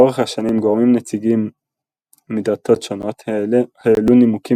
לאורך השנים גורמים נציגים מדתות שונות העלו נימוקים